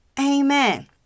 Amen